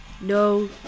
no